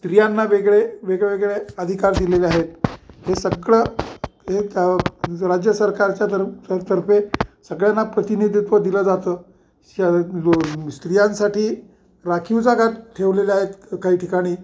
स्त्रियांना वेगळे वेगळेवेगळे धिकार दिलेले आहेत हे सगळं हे त्या राज्य सरकारच्या द तर्फे सगळ्यांना प्रतिनिधित्व दिलं जातं शो स्त्रियांसाठी राखीव जागाा ठेवलेले आहेत काही ठिकाणी